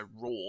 raw